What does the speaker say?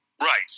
Right